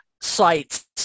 sites